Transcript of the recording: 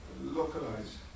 localize